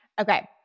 Okay